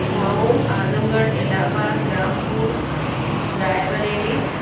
Mau Azamgarh Allahabad Rampur Rae Bareilly